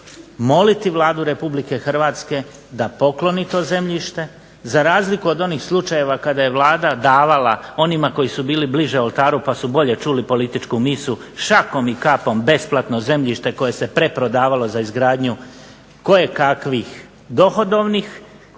moliti Vladu RH da pokloni to zemljište za razliku od onih slučajeva kada je Vlada davala onima koji su bili bliže oltaru pa su bolje čuli političku misu šakom i kapom besplatno zemljište koje se preprodavalo za izgradnju kojekakvih dohodovnih